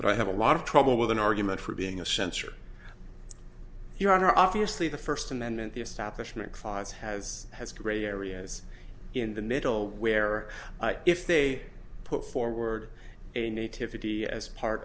but i have a lot of trouble with an argument for being a censor you are obviously the first amendment the establishment clause has has gray areas in the middle where if they put forward a native city as part